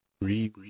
Re